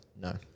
No